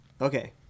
Okay